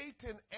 Satan